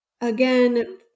again